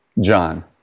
John